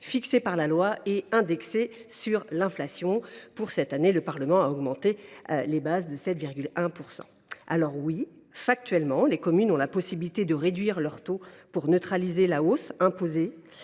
fixées par la loi et indexées sur l’inflation. Pour cette année, le Parlement a augmenté les bases de 7,1 %. Oui, factuellement, les communes ont la possibilité de réduire leur taux pour neutraliser la hausse, imposée,